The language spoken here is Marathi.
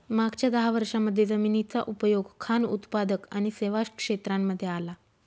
मागच्या दहा वर्षांमध्ये जमिनीचा उपयोग खान उत्पादक आणि सेवा क्षेत्रांमध्ये आला